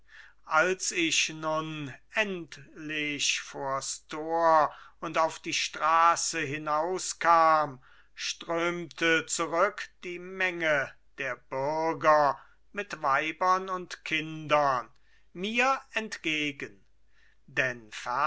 als ich nun endlich vors tor und auf die straße hinauskam strömte zurück die menge der bürger mit weibern und kindern mir entgegen denn